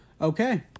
Okay